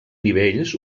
nivells